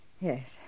Yes